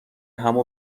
همو